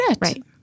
right